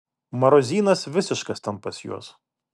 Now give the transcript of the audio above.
marozynas visiškas ten pas juos